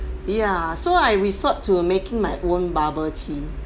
ya so I resort to making my own bubble tea